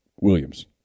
Williams